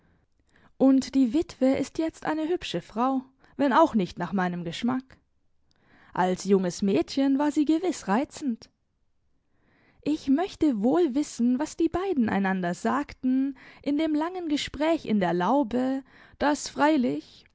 und die witwe ist jetzt eine hübsche frau wenn auch nicht nach meinem geschmack als junges mädchen war sie gewiß reizend ich möchte wohl wissen was die beiden einander sagten in dem langen gespräch in der laube das freilich